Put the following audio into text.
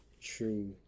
true